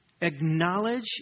Acknowledge